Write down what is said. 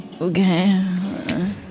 okay